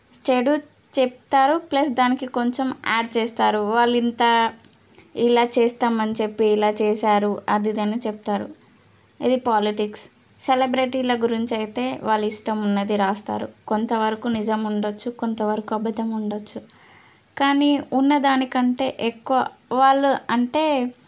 చెడు చెప్తారు ప్లస్ దానికి కొంచెం యాడ్ చేస్తారు వాళ్ళు ఇంత ఇలా చేస్తామని చెప్పి ఇలా చేశారు అది ఇది అని చెప్తారు ఇది పాలిటిక్స్ సెలబ్రిటీల గురించి అయితే వాళ్ళ ఇష్టం ఉన్నది రాస్తారు కొంత వరకు నిజం ఉండొచ్చు కొంతవరకు అబద్ధం ఉండొచ్చు కానీ ఉన్నదానికంటే ఎక్కువ వాళ్ళు అంటే